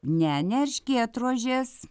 ne ne erškėtrožės